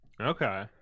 Okay